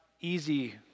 easy